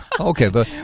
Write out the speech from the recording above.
okay